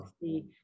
see